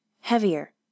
heavier